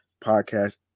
Podcast